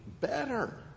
better